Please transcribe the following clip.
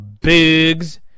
Biggs